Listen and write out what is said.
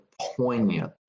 poignant